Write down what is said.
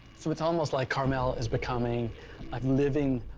so it's almost like carmel is becoming a living,